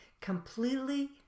completely